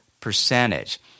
percentage